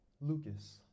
Lucas